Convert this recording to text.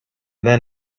then